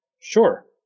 Sure